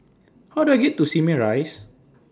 How Do I get to Simei Rise